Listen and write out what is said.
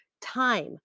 Time